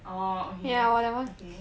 orh okay okay